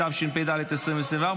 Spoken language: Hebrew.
התשפ"ד 2024,